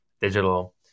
digital